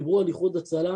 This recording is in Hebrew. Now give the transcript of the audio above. דיברו על איחוד הצלה,